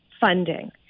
funding